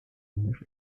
english